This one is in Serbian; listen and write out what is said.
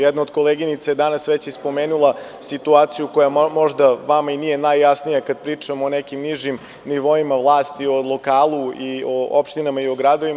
Jedna od koleginica je danas već spomenula situaciju koja možda vama i nije najjasnije kada pričamo o nekim nižim nivoima vlasti o lokalu i o opštinama, i o gradovima.